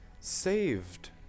Saved